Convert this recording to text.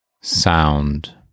sound